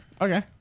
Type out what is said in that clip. Okay